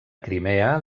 crimea